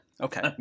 Okay